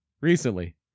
Recently